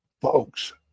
folks